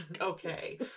okay